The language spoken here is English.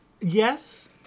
Yes